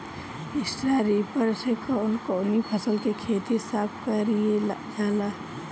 Straw reaper से कवन कवनी फसल के खेत साफ कयील जाला?